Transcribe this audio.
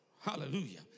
Hallelujah